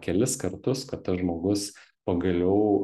kelis kartus kad tas žmogus pagaliau